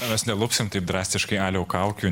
mes nelupsim taip drastiškai aliau kaukių